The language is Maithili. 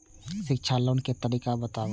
शिक्षा लोन के तरीका बताबू?